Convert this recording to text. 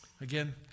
Again